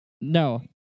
No